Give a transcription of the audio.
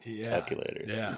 Calculators